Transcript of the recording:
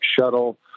Shuttle